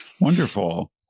Wonderful